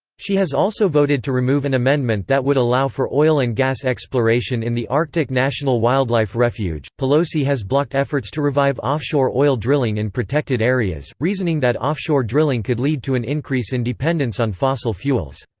she has also voted to remove an amendment that would allow for oil and gas exploration in the arctic national wildlife refuge pelosi has blocked efforts to revive offshore oil drilling in protected areas, reasoning that offshore drilling could lead to an increase in dependence on fossil fuels.